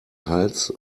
hals